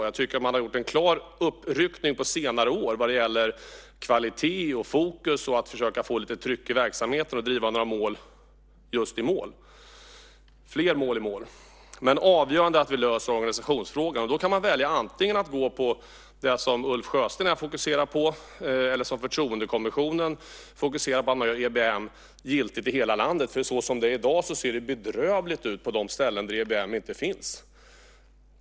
Jag tycker att man har gjort en klar uppryckning på senare år vad gäller kvalitet och fokus, att försöka få lite tryck i verksamheten och driva fler mål i mål. Avgörande är dock att vi löser organisationsfrågan. Då kan man antingen välja det som Ulf Sjösten här fokuserar på och som också Förtroendekommissionen fokuserar på, nämligen att göra EBM giltigt i hela landet. I dag ser det bedrövligt ut på de ställen där EBM inte finns.